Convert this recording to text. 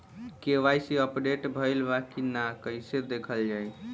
KYC update भइल बा कि ना कइसे देखल जाइ?